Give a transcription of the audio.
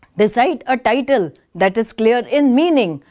decide a title that is clear in meaning,